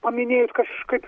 paminėjot kažkaip